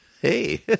Hey